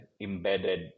embedded